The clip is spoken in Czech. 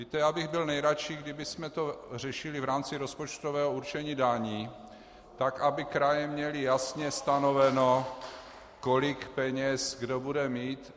Víte, já bych byl nejradši, kdybychom to řešili v rámci rozpočtového určení daní tak, aby kraje měly jasně stanoveno, kolik peněz kdo bude mít.